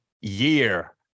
year